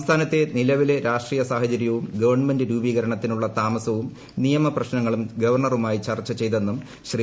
സംസ്ഥാനത്തെ നിലവിലെ രാഷ്ട്രീയ സാഹചര്യവും ഗവൺമെന്റ് രൂപീകരണത്തിനുള്ള താമസവും നിയമ പ്രശ്നങ്ങളും ഗവർണറുമായി ചർച്ച ചെയ്തെന്നും ശ്രീ